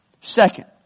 Second